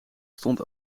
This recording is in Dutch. stond